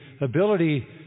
ability